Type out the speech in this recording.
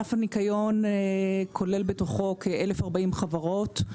ענף הניקיון כולל בתוכו כ-1,040 חברות,